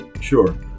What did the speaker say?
Sure